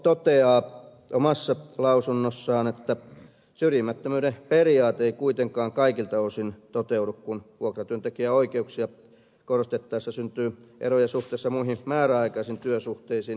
sttk toteaa omassa lausunnossaan että syrjimättömyyden periaate ei kuitenkaan kaikilta osin toteudu kun vuokratyöntekijän oikeuksia korostettaessa syntyy eroja suhteessa muihin määräaikaisiin työsuhteisiin